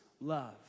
love